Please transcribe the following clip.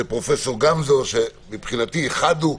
של פרופ' גמזו שמבחינתי חד הוא.